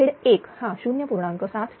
Z1 हा 0